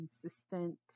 consistent